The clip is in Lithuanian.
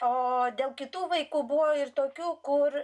o dėl kitų vaikų buvo ir tokių kur